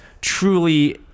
truly